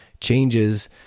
changes